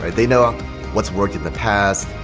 and they know um what's worked in the past,